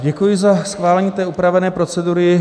Děkuji za schválení upravené procedury.